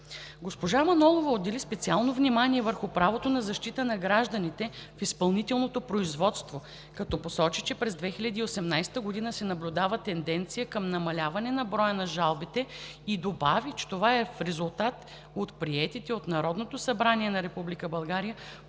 Госпожа Манолова отдели специално внимание върху правото на защита на гражданите в изпълнителното производство, като посочи, че през 2018 г. се наблюдава тенденция към намаляване на броя на жалбите, и добави, че това е резултат от приетите от Народното събрание